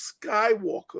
Skywalker